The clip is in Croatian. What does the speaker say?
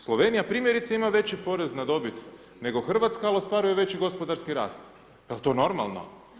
Slovenija primjerice ima veći porez na dobit nego Hrvatska, ali ostvaruje veći gospodarski rast, jel to normalno?